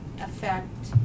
affect